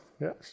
Yes